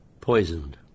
Poisoned